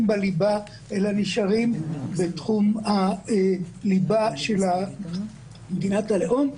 בליבה אלא נשארים בתחום הליבה של מדינת הלאום.